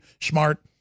smart